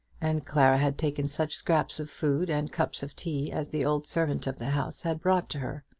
and clara had taken such scraps of food and cups of tea as the old servant of the house had brought to her.